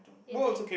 it did